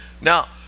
Now